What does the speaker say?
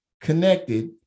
connected